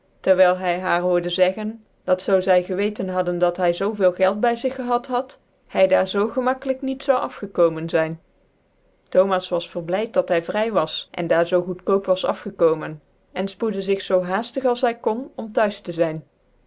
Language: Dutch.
terwyl hy haar hoorde zeggen dat zoo zy geweten hadden dat hy zoo veel geld by zig gehad had hy daar zoo gemakkelijk niet zoude afgekomen zyn thomas was vcrblyd dat hy vry was cn daar zoo goctkoop was afgekomen cn fpocdc zig zoo haaftig als hy konde om t'huis te zyn